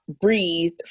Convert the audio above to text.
breathe